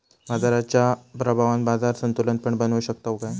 बाजाराच्या प्रभावान बाजार संतुलन पण बनवू शकताव काय?